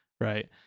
right